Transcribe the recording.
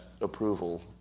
approval